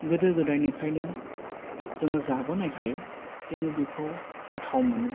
गोदो गोदायनिफ्रायनो जोङो जाबोनायखाय जोङो बिखौ गोथाव मोनो